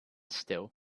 still